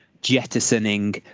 jettisoning